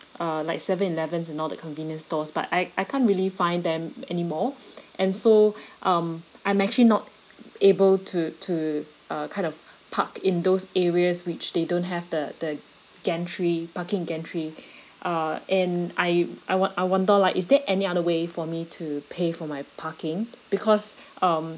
uh like seven elevens and all the convenience stores but I I can't really find them anymore and so um I'm actually not able to to uh kind of park in those areas which they don't have the the gantry parking gantry uh and I I won~ I wonder like is there any other way for me to pay for my parking because um